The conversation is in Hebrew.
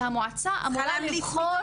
שהמועצה אמורה לבחור